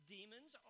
Demons